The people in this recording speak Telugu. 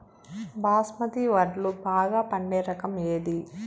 బాస్మతి వడ్లు బాగా పండే రకం ఏది